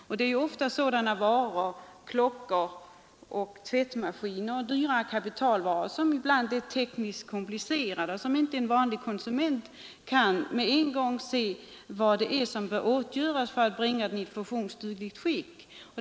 Det gäller ofta sådana varor som klockor och tvättmaskiner och andra dyrare kapitalvaror, som ibland är så tekniskt komplicerade att en vanlig konsument inte med en gång kan se vad som behöver åtgöras för att varan skall bringas i ett funktionsdugligt skick.